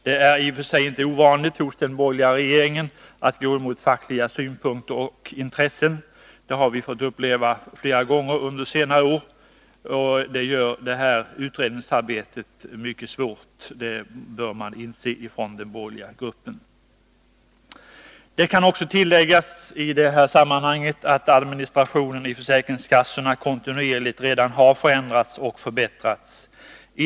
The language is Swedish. Det är i och för sig inte ovanligt hos den borgerliga regeringen att gå emot fackliga synpunkter och intressen — det har vi fått uppleva flera gånger under senare år — men det gör det här utredningsarbetet mycket svårt, det bör man inse i den borgerliga gruppen. Det kan också tilläggas i det här sammanhanget att administrationen i försäkringskassorna kontinuerligt redan har förändrats och förbättrats.